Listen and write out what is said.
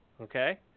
okay